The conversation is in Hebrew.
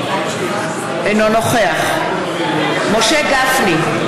אינו נוכח משה גפני,